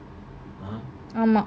ஆமா:ama